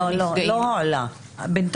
זה לא הועלה.